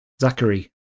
Zachary